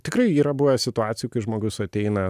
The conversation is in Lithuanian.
tikrai yra buvę situacijų kai žmogus ateina